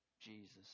Jesus